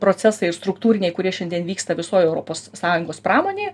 procesai struktūriniai kurie šiandien vyksta visoj europos sąjungos pramonėj